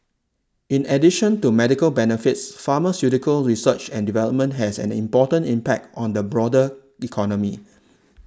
in addition to medical benefits pharmaceutical research and development has an important impact on the broader economy